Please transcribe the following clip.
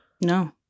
no